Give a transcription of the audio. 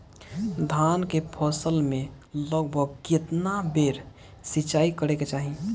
धान के फसल मे लगभग केतना बेर सिचाई करे के चाही?